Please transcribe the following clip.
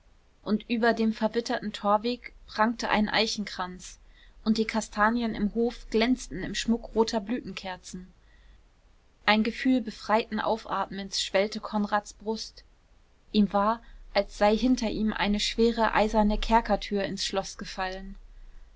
und über dem verwitterten torweg prangte ein eichenkranz und die kastanien im hof glänzten im schmuck roter blütenkerzen ein gefühl befreiten aufatmens schwellte konrads brust ihm war als sei hinter ihm eine schwere eiserne kerkertür ins schloß gefallen